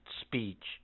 speech